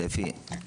ספי,